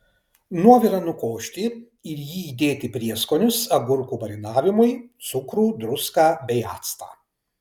nuovirą nukošti ir į jį įdėti prieskonius agurkų marinavimui cukrų druską bei actą